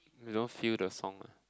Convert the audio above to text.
you don't feel the song ah